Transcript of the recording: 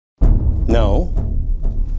No